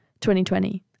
2020